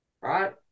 right